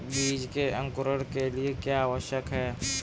बीज के अंकुरण के लिए क्या आवश्यक है?